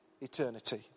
eternity